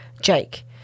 jake